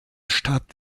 stadt